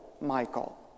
Michael